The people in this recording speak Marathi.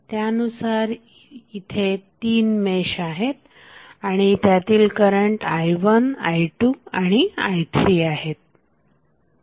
त्यानुसार येथे 3 मेश आहेत आणि त्यातील करंट i1 i2आणि i3आहेत